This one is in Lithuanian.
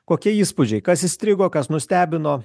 kokie įspūdžiai kas įstrigo kas nustebino